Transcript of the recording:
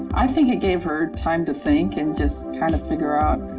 i think it gave her time to think and just kind of figure out